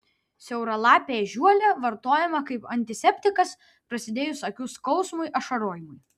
siauralapė ežiuolė vartojama kaip antiseptikas prasidėjus akių skausmui ašarojimui